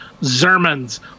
Zermans